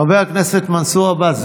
חבר הכנסת מנסור עבאס,